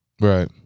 Right